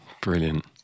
Brilliant